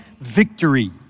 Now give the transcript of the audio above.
victory